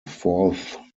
fourth